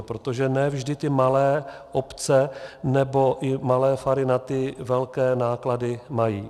Protože ne vždy ty malé obce nebo i malé fary na ty velké náklady mají.